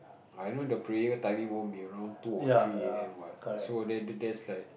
I know the prayer timing won't be around two or three a_m what so that that that's like